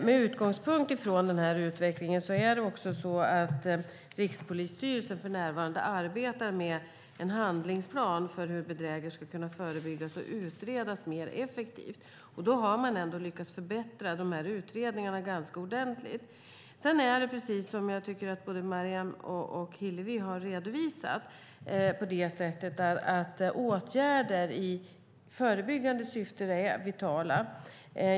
Med utgångspunkt från den utvecklingen arbetar Rikspolisstyrelsen för närvarande med en handlingsplan för hur bedrägerier ska kunna förebyggas och utredas mer effektivt. Man har ändå lyckats förbättra utredningarna ganska ordentligt. Precis som Maryam Yazdanfar och Hillevi Larsson har redovisat är åtgärder i förebyggande syfte viktiga.